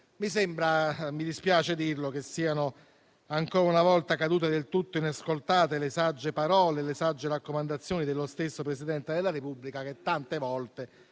Mi sembra - mi dispiace dirlo - che siano ancora una volta cadute del tutto inascoltate le sagge parole e le sagge raccomandazioni dello stesso Presidente della Repubblica, che tante volte,